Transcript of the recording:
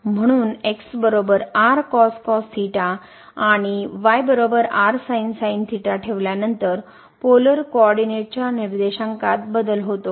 म्हणून आणि ठेवल्यानंतर पोलर कोऑरडीनेट च्या निर्देशांकात बदल होतो